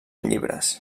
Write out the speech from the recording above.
llibres